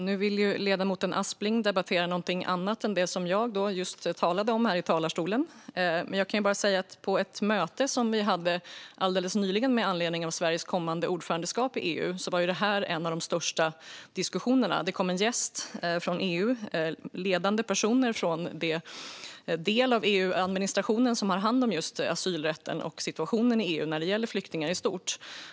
Fru talman! Nu vill ledamoten Aspling debattera någonting annat än det som jag just talade om i talarstolen. Men på ett möte som vi hade alldeles nyligen med anledning av Sveriges kommande ordförandeskap i EU var det här en av de största diskussionerna. Det kom gäster från EU - ledande personer från den del av EU-administrationen som har hand om just asylrätten och situationen i EU när det gäller flyktingar i stort.